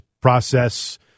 process